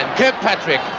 kirkpatrick,